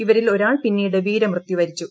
ഇവരിൽ ഒരാൾ പിന്നീട് വീരമൃത്യുവരിച്ചു